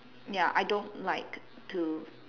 ya I don't like to